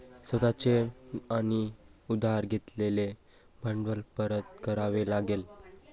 स्वतः चे आणि उधार घेतलेले भांडवल परत करावे लागेल